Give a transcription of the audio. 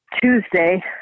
Tuesday